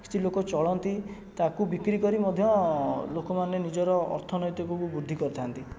କିଛି ଲୋକ ଚଳନ୍ତି ତାକୁ ବିକ୍ରି କରି ମଧ୍ୟ ଲୋକମାନେ ନିଜର ଅର୍ଥନୈତିକକୁ ବୃଦ୍ଧି କରିଥାନ୍ତି